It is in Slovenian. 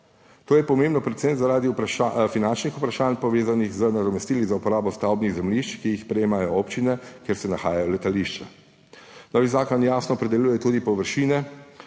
To je pomembno predvsem zaradi finančnih vprašanj, povezanih z nadomestili za uporabo stavbnih zemljišč, ki jih prejemajo občine, kjer se nahajajo letališča. Novi zakon jasno opredeljuje tudi,